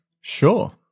Sure